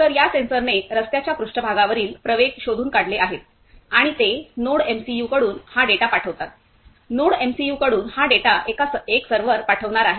तर या सेन्सरने रस्त्याच्या पृष्ठभागावरील प्रवेग शोधून काढले आहेत आणि ते नोडएमसीयूकडून हा डेटा पाठवतात नोडएमसीयू कडून हा डेटा एक सर्व्हर पाठविणार आहे